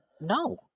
No